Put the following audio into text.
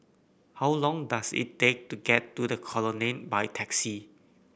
how long does it take to get to The Colonnade by taxi